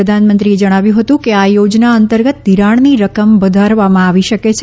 પ્રધાનમંત્રીએ જણાવ્યું હતું કે આ યોજના અંતર્ગત ધિરાણની રકમ વધારવામાં આવી શકે છે